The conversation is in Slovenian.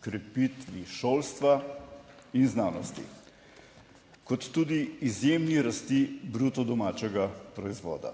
krepitvi šolstva in znanosti kot tudi izjemni rasti bruto domačega proizvoda,